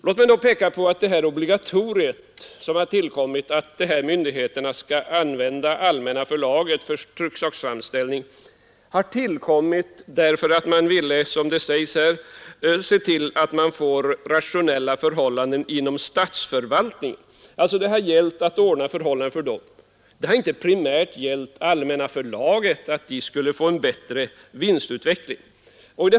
Låt mig då peka på att obligatoriet för myndigheterna att använda Allmänna förlaget för trycksaksframställning har tillkommit därför att man ville se till att man får rationella förhållanden inom statsförvaltningen. Det har alltså gällt att ordna förhållandena för dem. Det har inte primärt gällt att Allmänna förlaget skulle få en bättre vinstutveckling.